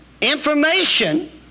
information